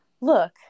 look